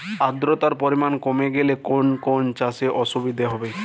আদ্রতার পরিমাণ কমে গেলে কোন কোন চাষে অসুবিধে হবে?